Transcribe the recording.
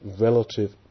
relative